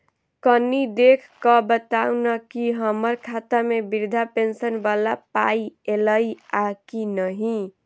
कनि देख कऽ बताऊ न की हम्मर खाता मे वृद्धा पेंशन वला पाई ऐलई आ की नहि?